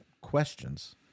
questions